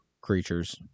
creatures